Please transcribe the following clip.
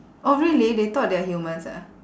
orh really they thought they are humans ah